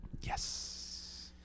Yes